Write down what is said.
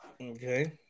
Okay